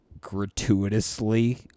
gratuitously